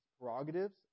prerogatives